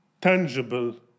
tangible